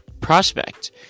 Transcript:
prospect